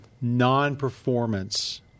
non-performance